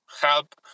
help